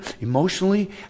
emotionally